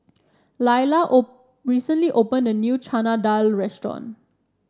Lyla O recently opened a new Chana Dal Restaurant